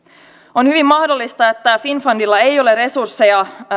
on hyvin mahdollista että finnfundilla ei ole resursseja